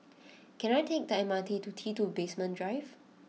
can I take the M R T to T two Basement Drive